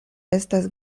estas